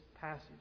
passage